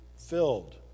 Filled